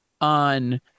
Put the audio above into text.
on